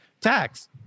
tax